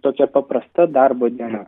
tokia paprasta darbo diena